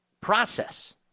Process